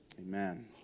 Amen